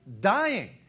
dying